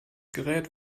gerät